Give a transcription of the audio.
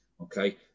Okay